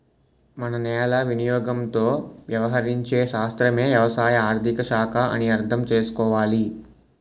మన నేల వినియోగంతో వ్యవహరించే శాస్త్రమే వ్యవసాయ ఆర్థిక శాఖ అని అర్థం చేసుకోవాలి